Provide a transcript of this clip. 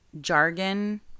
jargon